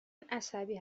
عصبی